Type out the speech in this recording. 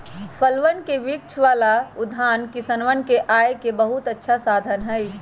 फलवन के वृक्ष वाला उद्यान किसनवन के आय के बहुत अच्छा साधन हई